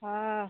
हाँ